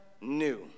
new